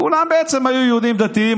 כולם בעצם היו יהודים דתיים,